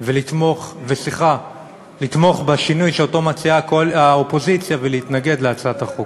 ולתמוך בשינוי שהאופוזיציה מציעה ולהתנגד להצעת החוק.